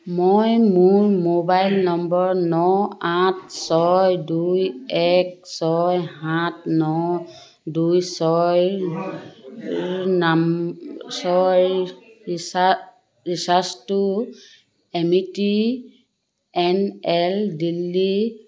মই মোৰ mobile number ন আঠ ছয় দুই এক ছয় সাত ন দুই ছয় ছয়ৰ ৰিচাৰ্জটো M T N L Delhi